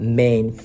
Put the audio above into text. main